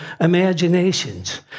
imaginations